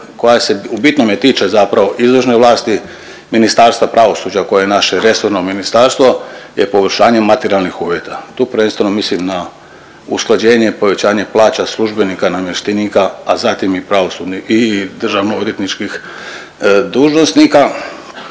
koja se u bitnome tiče zapravo izvršne vlasti Ministarstva pravosuđa koje je naše resorno ministarstvo je poboljšanje materijalnih uvjeta. Tu prvenstveno mislim na usklađenje i povećanje plaća službenika, namještenika, a zatim i pravosudnih, državno-odvjetničkih dužnosnika,